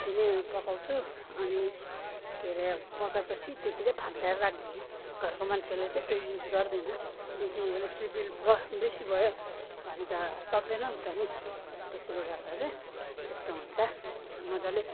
त्यति नै पकउँछु अनि के अरे पकाएपछि त्यतिकै थन्काएर राखिदिने घरको मान्छेहरूले चाहिँ त्यही युज गर्देन किनकि इलेक्ट्रिक बिल भयो बेसी भयो भने त सक्देन नि त नि त्यसैले गर्दा चाहिँ यस्तो हुन्छ मजाले